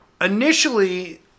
initially